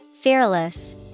Fearless